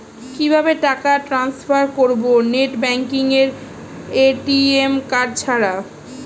কিভাবে টাকা টান্সফার করব নেট ব্যাংকিং এবং এ.টি.এম কার্ড ছাড়া?